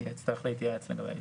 אני אצטרך להתייעץ לגבי זה.